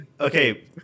okay